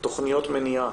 תכניות מניעה